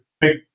big